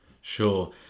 sure